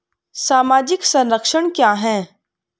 सामाजिक संरक्षण क्या है?